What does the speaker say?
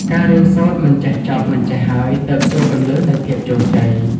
ការរៀនសូត្រមិនចេះចប់មិនចេះហើយ ទើបជាគន្លឹះនៃភាពជោគជ័យ។